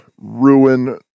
ruin